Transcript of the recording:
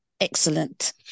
Excellent